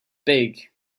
big